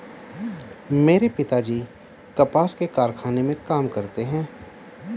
मेरे पिताजी कपास के कारखाने में काम करते हैं